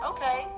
Okay